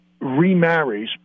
remarries